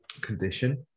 condition